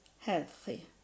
healthy